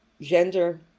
gender